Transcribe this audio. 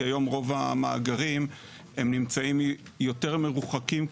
כי היום רוב המאגרים הם נמצאים יותר מרוחקים,